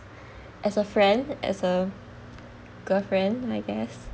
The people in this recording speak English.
as a friend as a girlfriend I guess